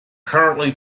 currently